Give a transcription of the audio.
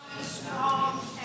Strong